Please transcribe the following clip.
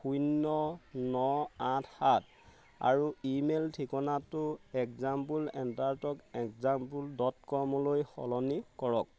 শূন্য ন আঠ সাত আৰু ইমেই ঠিকনাটো example at the rate example dot কমলৈ সলনি কৰক